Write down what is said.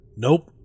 Nope